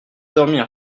dormir